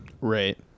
Right